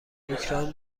اوکراین